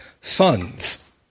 sons